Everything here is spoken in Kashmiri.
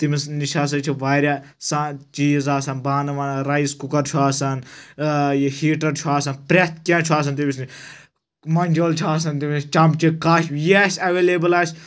تٔمس نِش ہَسا چھ واریاہ سا چیٖز آسان بانہٕ وانہٕ رایس کُکر چھُ آسان یہِ ہیٖٹر چھُ آسان پرٛٮ۪تھ کینہہ چھُ آسان تٔمِس نِش منجولہٕ چھِ آسان تٔمس چَمچہِ کاشوٕ یہِ اسہِ ایویلیبٕل آسہِ